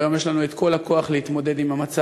והיום יש לנו את כל הכוח להתמודד עם המצב.